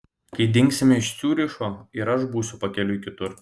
kai dingsime iš ciuricho ir aš būsiu pakeliui kitur